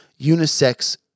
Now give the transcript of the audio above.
unisex